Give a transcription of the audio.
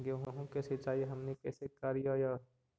गेहूं के सिंचाई हमनि कैसे कारियय?